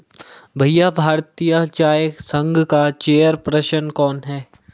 भैया भारतीय चाय संघ का चेयर पर्सन कौन है?